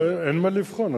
אין מה לבחון,